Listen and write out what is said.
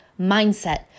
mindset